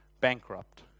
bankrupt